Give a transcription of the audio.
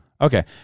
Okay